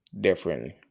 different